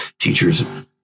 teachers